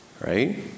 right